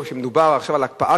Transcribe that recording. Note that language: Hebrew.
שמדובר עכשיו על הקפאת